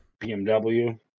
BMW